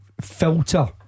Filter